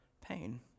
pain